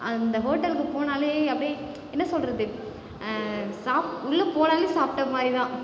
அந்த ஹோட்டலுக்கு போனால் அப்டே என்ன சொல்வது சாப் உள்ளே போனால் சாப்பிட்ட மாதிரி தான்